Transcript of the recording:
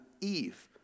Eve